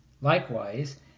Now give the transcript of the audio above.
Likewise